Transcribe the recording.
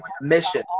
Mission